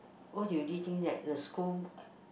what do you think that the school